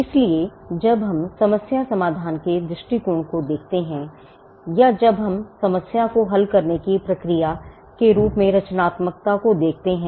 इसलिए जब हम समस्या समाधान के दृष्टिकोण को देखते हैं या जब हम समस्या को हल करने की प्रक्रिया के रूप में रचनात्मकता को देखते हैं